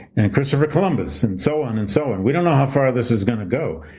and christopher columbus and so on and so on, we don't know how far this is going to go,